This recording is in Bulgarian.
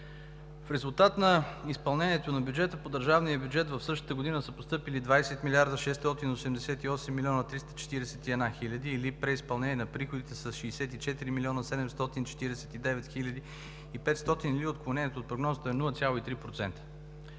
В резултат на изпълнението на бюджета по държавния бюджет в същата година са постъпили 20 млрд. 688 млн. 341 хиляди, или преизпълнение на приходите с 64 млн. 749 хил. 500 лв., или отклонението от прогнозата е 0,3%.